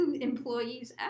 employees